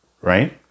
Right